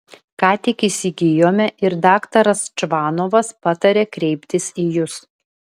ką tik įsigijome ir daktaras čvanovas patarė kreiptis į jus